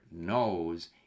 knows